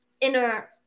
inner